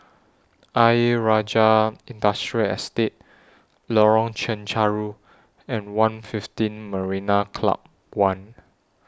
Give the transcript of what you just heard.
Ayer Rajah Industrial Estate Lorong Chencharu and one'fifteen Marina Club one